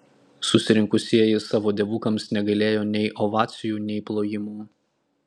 susirinkusieji savo dievukams negailėjo nei ovacijų nei plojimų